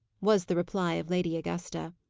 was the reply of lady augusta.